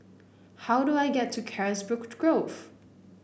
how do I get to Carisbrooke Grove